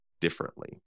differently